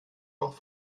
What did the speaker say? doch